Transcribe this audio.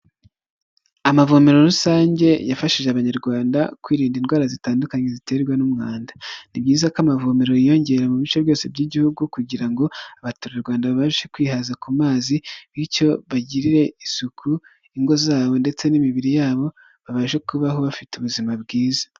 Amavomero rusange yafashije abanyarwanda kwirinda indwara zitandukanye ziterwa n'umwanda, ni byiza ko amavomero yiyongera mu bice byose by'igihugu kugira ngo abaturarwanda babashe kwihaza ku mazi bityo bagirire isuku ingo zabo ndetse n'imibiri yabo babashe kubaho bafite ubuzima bwiza.